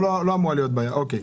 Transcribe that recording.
לא אמורה להיות בעיה אוקיי.